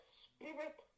spirit